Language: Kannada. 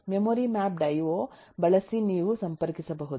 memory mapped IO memory mapped IO ಬಳಸಿ ನೀವು ಸಂಪರ್ಕಿಸಬಹುದು